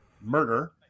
murder